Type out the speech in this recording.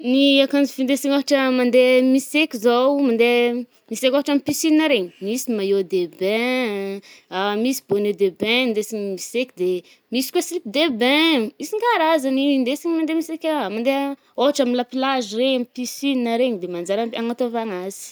Ny akanjo fidesina ôhatra mande miseky zaoo, mande miseky ôhatra amy piscine regny, misy maillot de bain, misy Bonnet de bain ndesigny miseky de misy koà slip de bain, isan-karazany i ndesigna mande miseka mandea, ôhatra amy la plage regny, piscine regny de manjary ampia-anatôvagna azy.